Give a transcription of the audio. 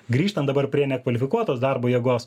grįžtant dabar prie nekvalifikuotos darbo jėgos